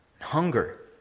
hunger